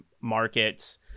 markets